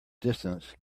distance